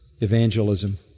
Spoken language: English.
evangelism